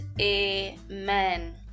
amen